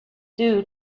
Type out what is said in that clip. due